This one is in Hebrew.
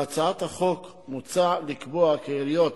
בהצעת החוק מוצע לקבוע כי עיריות